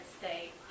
state